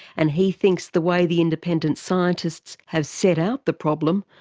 and he thinks the way the independent scientists have set out the problem,